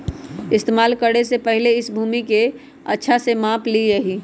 इस्तेमाल करे से पहले इस भूमि के अच्छा से माप ली यहीं